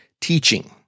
teaching